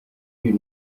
you